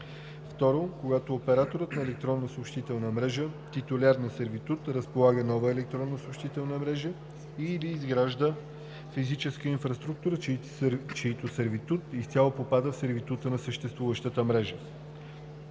2. когато оператор на електронна съобщителна мрежа – титуляр на сервитут, разполага нова електронна съобщителна мрежа и/или изгражда физическа инфраструктура, чийто сервитут изцяло попада в сервитута на съществуваща мрежа;